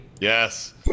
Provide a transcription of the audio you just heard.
Yes